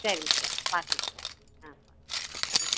சேரிங்க சார் பார்க்குறேன் சார் ஆ பார்க்குறேன் ஆ